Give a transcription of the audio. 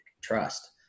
trust